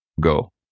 go